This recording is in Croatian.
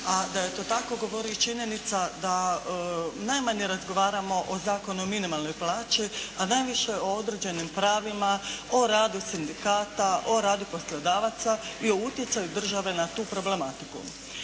a da je to tako govori činjenica da najmanje razgovaramo o Zakonu o minimalnoj plaći a najviše o određenim pravima, o radu sindikata, o radu poslodavaca i o utjecaju države na tu problematiku.